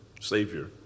Savior